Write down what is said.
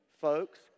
folks